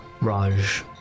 Raj